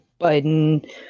Biden